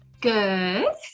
Good